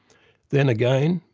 then again,